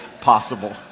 possible